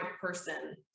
person